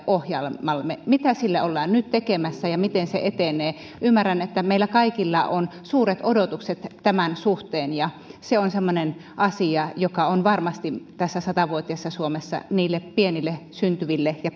ohjelmalle mitä sille ollaan nyt tekemässä ja miten se etenee ymmärrän että meillä kaikilla on suuret odotukset tämän suhteen ja se on semmoinen asia joka on varmasti tässä satavuotiaassa suomessa niille pienille syntyville ja